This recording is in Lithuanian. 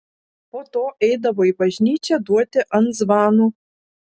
po to eidavo į bažnyčią duoti ant zvanų